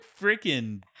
freaking